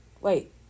Wait